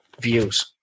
views